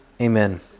Amen